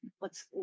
let's-